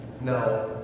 No